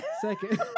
Second